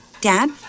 Dad